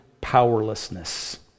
powerlessness